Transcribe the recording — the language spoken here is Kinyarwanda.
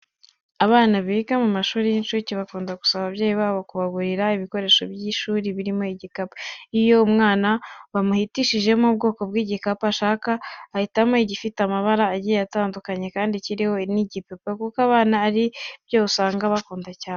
Abana biga mu mashuri y'incuke bakunda gusaba ababyeyi babo kubagurira ibikoresho by'ishuri birimo n'igikapu. Iyo umwana bamuhitishijemo ubwoko bw'igikapu ashaka, ahitamo igifite amabara agiye atandukanye kandi kiriho n'igipupe kuko abana ari byo usanga bakunda cyane.